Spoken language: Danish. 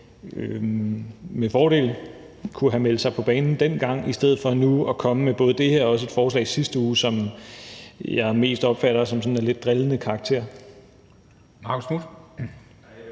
med fordel kunne have meldt sig på banen dengang i stedet for både at komme med det her forslag nu og et forslag i sidste uge, som jeg mest opfatter er af sådan lidt drillende karakter. Kl.